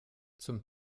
zum